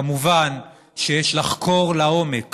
כמובן שיש לחקור לעומק